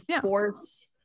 force